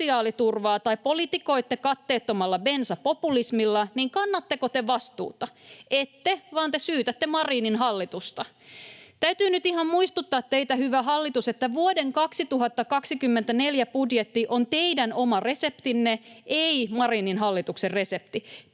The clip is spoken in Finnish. sosiaaliturvaa tai politikoitte katteettomalla bensapopulismilla, niin kannatteko te vastuuta? Ette, vaan te syytätte Marinin hallitusta. Täytyy nyt ihan muistuttaa teitä, hyvä hallitus, että vuoden 2024 budjetti on teidän oma reseptinne, ei Marinin hallituksen resepti.